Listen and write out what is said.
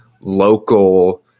local